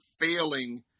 failing